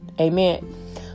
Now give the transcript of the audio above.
Amen